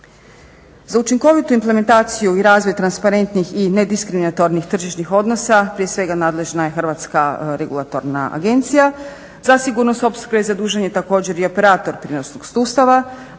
Za učinkovitu implementaciju i razvoj transparentnih i nediskriminatornih tržišnih odnosa prije svega nadležna je HERA. Za sigurnost opskrbe zadužen je također i operator prijenosnog sustava